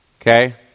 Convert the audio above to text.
Okay